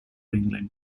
england